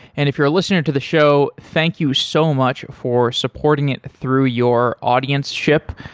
and if you're a listener to the show, thank you so much for supporting it through your audience-ship,